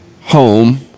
home